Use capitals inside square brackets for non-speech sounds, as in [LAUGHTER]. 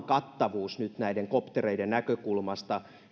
[UNINTELLIGIBLE] kattavuus maassamme nyt näiden koptereiden näkökulmasta